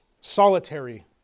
solitary